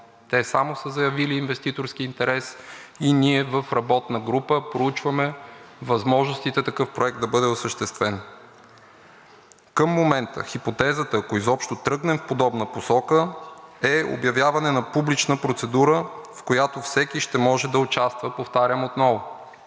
те само са заявили инвеститорски интерес и ние в работна група проучваме възможностите такъв проект да бъде осъществен. Хипотезата, ако изобщо тръгнем в подобна посока, е обявяването на публична процедура, в която всеки ще може да участва, повтарям отново.